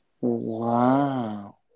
Wow